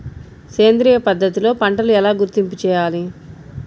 సేంద్రియ పద్ధతిలో పంటలు ఎలా గుర్తింపు చేయాలి?